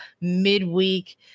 midweek